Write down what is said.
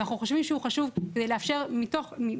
אנחנו חושבים שהוא חשוב כדי לאפשר מתלפיות,